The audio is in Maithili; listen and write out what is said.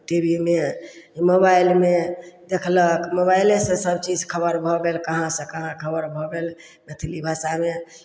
टी वी मे मोबाइलमे देखलक मोबाइलेसँ सभचीज खबर भऽ गेल कहाँसँ कहाँ खबर भऽ गेल मैथिली भाषामे